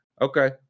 okay